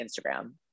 Instagram